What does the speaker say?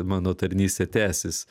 mano tarnystė tęsis